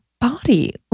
Body